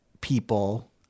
people